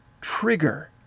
trigger